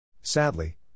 Sadly